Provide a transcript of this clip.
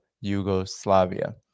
Yugoslavia